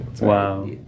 Wow